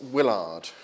Willard